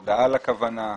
הודעה על הכוונה,